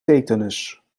tetanus